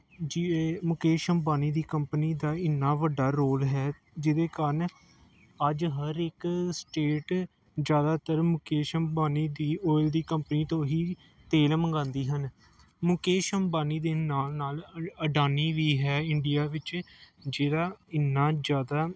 ਜੀ ਏ ਮੁਕੇਸ਼ ਅੰਬਾਨੀ ਦੀ ਕੰਪਨੀ ਦਾ ਇੰਨਾਂ ਵੱਡਾ ਰੋਲ ਹੈ ਜਿਹਦੇ ਕਾਰਨ ਅੱਜ ਹਰ ਇੱਕ ਸਟੇਟ ਜ਼ਿਆਦਾਤਰ ਮੁਕੇਸ਼ ਅੰਬਾਨੀ ਦੀ ਓਇਲ ਦੀ ਕੰਪਨੀ ਤੋਂ ਹੀ ਤੇਲ ਮੰਗਾਉਂਦੀ ਹਨ ਮੁਕੇਸ਼ ਅੰਬਾਨੀ ਦੇ ਨਾਲ ਨਾਲ ਅ ਅਡਾਨੀ ਵੀ ਹੈ ਇੰਡੀਆ ਵਿੱਚ ਜਿਹੜਾ ਇੰਨਾਂ ਜ਼ਿਆਦਾ